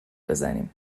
بزنیم